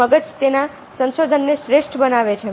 મગજ તેના સંસાધનોને શ્રેષ્ઠ બનાવે છે